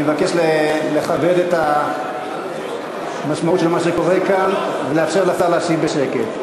אני מבקש לכבד את המשמעות של מה שקורה כאן ולאפשר לשר להשיב בשקט.